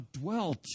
dwelt